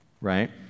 right